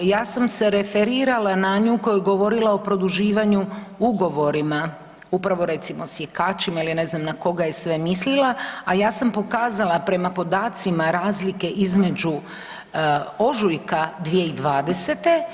Ja sam se referirala na nju koja je govorila o produživanju ugovorima upravo recimo sjekačima ili ne znam na koga je sve mislila a ja sam pokazala prema podacima razlike između ožujka 2020.